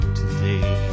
today